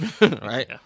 right